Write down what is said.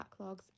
backlogs